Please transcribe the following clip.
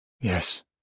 Yes